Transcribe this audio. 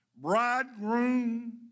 Bridegroom